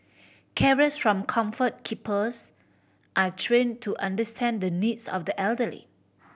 carers from Comfort Keepers are trained to understand the needs of the elderly